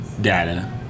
data